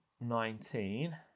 nineteen